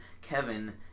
Kevin